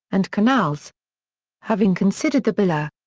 and canals having considered the bill. ah